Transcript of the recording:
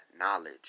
knowledge